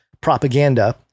propaganda